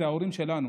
אלו ההורים שלנו,